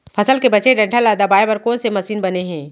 फसल के बचे डंठल ल दबाये बर कोन से मशीन बने हे?